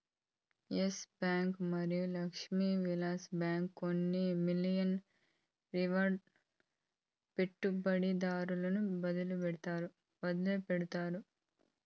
yes bank మరియు Lakshmi Vilas bank కొన్ని మిలియన్ల రిటైల్ పెట్టుబడిదారులను వదిలిపెట్టాయి